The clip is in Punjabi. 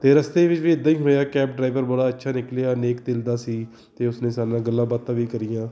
ਅਤੇ ਰਸਤੇ ਵਿੱਚ ਵੀ ਇੱਦਾਂ ਹੀ ਹੋਇਆ ਕੈਬ ਡਰਾਈਵਰ ਬੜਾ ਅੱਛਾ ਨਿਕਲਿਆ ਨੇਕ ਦਿਲ ਦਾ ਸੀ ਅਤੇ ਉਸਨੇ ਸਾਨ ਨਾਲ ਗੱਲਾਂ ਬਾਤਾਂ ਵੀ ਕਰੀਆਂ